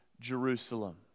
Jerusalem